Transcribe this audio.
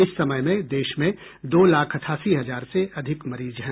इस समय में देश में दो लाख अठासी हजार से अधिक मरीज हैं